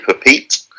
Pete